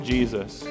Jesus